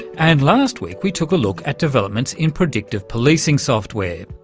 and last week we took a look at developments in predictive policing software.